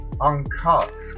uncut